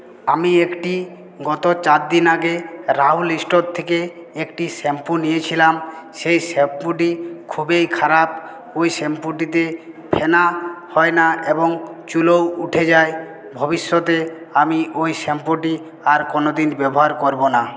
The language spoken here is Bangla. আমি একটি গত চারদিন আগে রাউল স্টোর থেকে একটি শ্যাম্পু নিয়েছিলাম সেই শ্যাম্পুটি খুবই খারাপ ওই শ্যাম্পুটিতে ফেনা হয় না এবং চুলও উঠে যায় ভবিষ্যতে আমি ওই শ্যম্পুটি আর কোনোদিন ব্যবহার করবো না